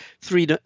three